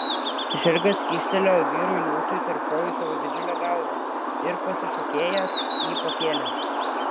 žirgas kyštelėjo vyrui liūtui tarp kojų savo didžiulę galvą ir pasišokėjęs jį pakėlė